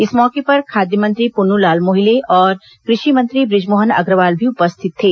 इस मौके पर खाद्य मंत्री पुन्नूलाल मोहले और कृषि मंत्री बुजमोहन अग्रवाल भी उपस्थित थे